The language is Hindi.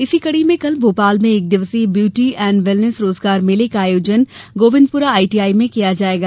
इसी कड़ी में कल भोपाल में एक दिवसीय ब्यूटी एण्ड वेलनेस रोजगार मेले का आयोजन गोविन्दपुरा आईटीआई में किया जायेगा